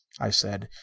i said,